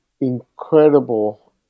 incredible